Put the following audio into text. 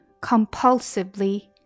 compulsively